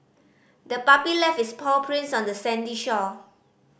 the puppy left its paw prints on the sandy shore